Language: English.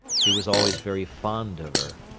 she was always very fond of her.